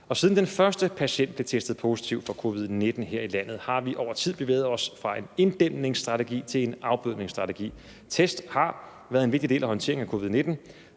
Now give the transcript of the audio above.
Siden den første patient blev testet positiv for covid-19 her i landet, har vi over tid bevæget os fra en inddæmningsstrategi til en afbødningsstrategi. Test har været en vigtig del af håndteringen af covid-19,